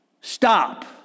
Stop